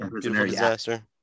disaster